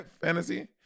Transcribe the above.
fantasy